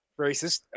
racist